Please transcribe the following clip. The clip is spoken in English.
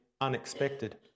unexpected